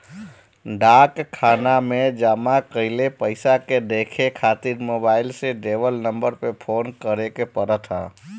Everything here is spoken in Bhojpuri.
डाक खाना में जमा कईल पईसा के देखे खातिर मोबाईल से देवल नंबर पे फोन करे के पड़त ह